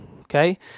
Okay